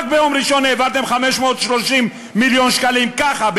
רק ביום ראשון העברתם 530 מיליון שקלים ככה,